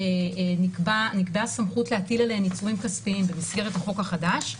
שנקבעה סמכות להטיל עליהן עיצומים כספיים במסגרת החוק החדש.